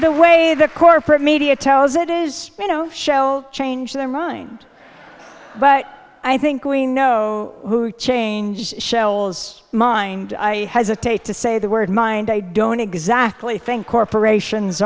the way the corporate media tells it is a no show changed their mind but i think we know who changed shell's mind i hesitate to say the word mind i don't exactly think corporations